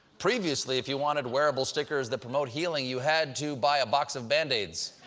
previously, if you wanted wearable stickers that promote healing, you had to buy a box of bandaids.